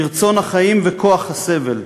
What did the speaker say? ברצון החיים וכוח הסבל,